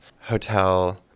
hotel